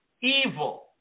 evil